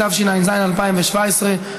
התשע"ז 2017,